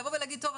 לבוא ולהגיד טוב,